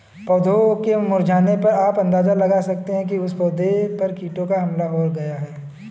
पौधों के मुरझाने पर आप अंदाजा लगा सकते हो कि उस पौधे पर कीटों का हमला हो गया है